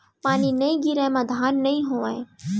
पानी नइ गिरय म धान नइ होवय